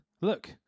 Look